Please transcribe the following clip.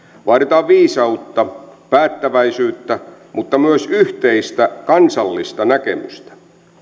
vaaditaan viisautta ja päättäväisyyttä mutta myös yhteistä kansallista näkemystä